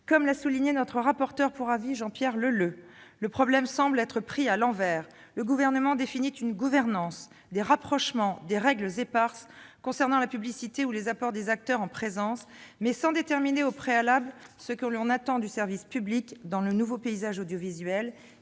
Comme l'a souligné notre rapporteur pour avis Jean-Pierre Leleux, le problème semble être pris à l'envers : le Gouvernement définit une gouvernance, des rapprochements, des règles éparses concernant la publicité ou les rapports des acteurs en présence, mais sans déterminer au préalable ce que l'on attend du service public dans le nouveau paysage audiovisuel